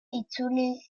itzuli